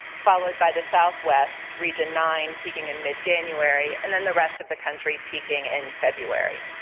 followed by the southwest region nine peaking in mid-january, and then the rest of the country peaking in february.